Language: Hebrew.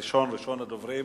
ראשון הדוברים,